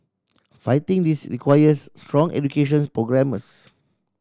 fighting this requires strong education programmes